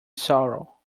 sorrow